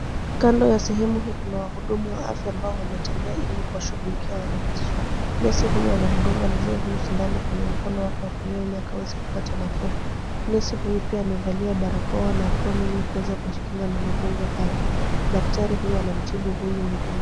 Kando ya sehemu hii, kuna wahudumu wa afya ambao wametembea ili kuwashugulikia wananchi. Nesi huyu anamdunga mzee huyu sindano kwenye mkono wa kulia ili akaweze kupata nafuu. Nesi huyu pia amevalia barakoa na aproni ili kuweza kujikinga na magonjwa hayo. Daktari huyu anamtibu huyu mgonjwa.